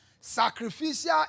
Sacrificial